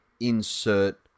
insert